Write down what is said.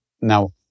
Now